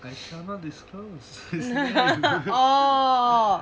I shall not disclose